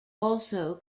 also